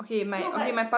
no but